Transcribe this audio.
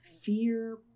fear